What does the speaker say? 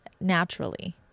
naturally